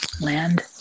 land